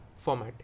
format